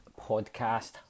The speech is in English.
podcast